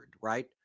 right